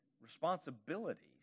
responsibilities